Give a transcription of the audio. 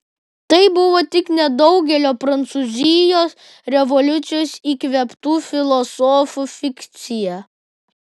tai buvo tik nedaugelio prancūzijos revoliucijos įkvėptų filosofų fikcija